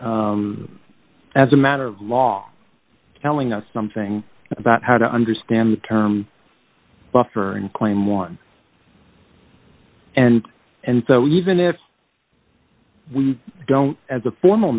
im as a matter of law telling us something about how to understand the term buffer and claim one and and so even if we don't as a formal